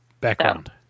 Background